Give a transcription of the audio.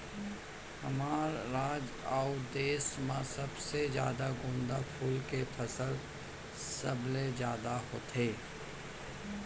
हमर राज अउ देस म सबले जादा गोंदा फूल के फसल सबले जादा होथे